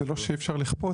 זה לא שאי אפשר לכפות,